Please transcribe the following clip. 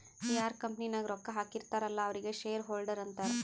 ಯಾರ್ ಕಂಪನಿ ನಾಗ್ ರೊಕ್ಕಾ ಹಾಕಿರ್ತಾರ್ ಅಲ್ಲಾ ಅವ್ರಿಗ ಶೇರ್ ಹೋಲ್ಡರ್ ಅಂತಾರ